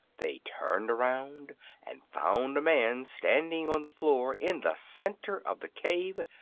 they turned around and found a man standing on the floor in the center of the cave,